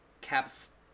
Cap's